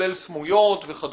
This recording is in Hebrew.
כולל סמויות וכו'.